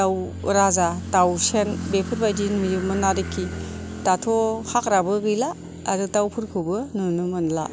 दाव राजा दावसेन बेफोरबायदि नुयोमोन आरिखि दाथ' हाग्राबो गैला आरो दावफोरखौबो नुनो मोनला